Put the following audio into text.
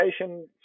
education